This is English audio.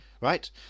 right